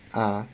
(uh huh)